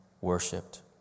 worshipped